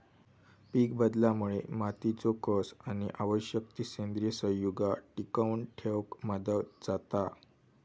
पीकबदलामुळे मातीचो कस आणि आवश्यक ती सेंद्रिय संयुगा टिकवन ठेवक मदत जाता